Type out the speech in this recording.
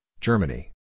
Germany